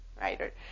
right